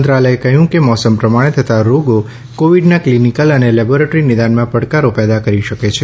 મંત્રાલયે કહ્યું કે મોસમ પ્રમાણે થતા રોગો કોવિડના ક્લિનિકલ અને લેબોરેટરી નિદાનમાં પડકારો પેદા કરી શકે છે